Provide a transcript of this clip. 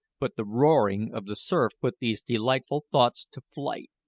but the roaring of the surf put these delightful thoughts to flight,